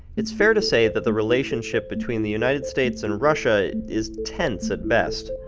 it's fair to say that the relationship between the united states and russia is tense at best.